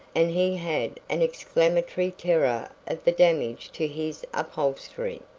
and he had an exclamatory terror of the damage to his upholstery.